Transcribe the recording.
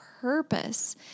purpose